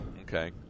Okay